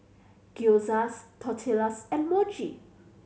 Gyoza Tortillas and Mochi